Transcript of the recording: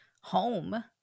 home